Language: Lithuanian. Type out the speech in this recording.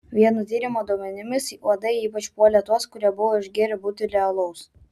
vieno tyrimo duomenimis uodai ypač puolė tuos kurie buvo išgėrę butelį alaus